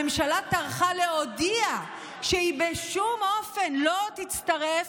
הממשלה טרחה להודיע שהיא בשום אופן לא תצטרף